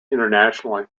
internationally